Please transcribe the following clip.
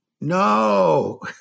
no